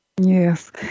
Yes